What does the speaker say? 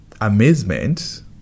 amazement